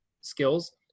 skills